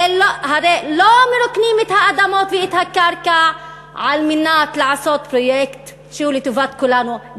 הרי לא מרוקנים את האדמות ואת הקרקע כדי לעשות פרויקט שהוא לטובת כולנו,